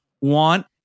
want